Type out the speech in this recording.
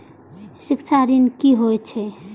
शिक्षा ऋण की होय छै?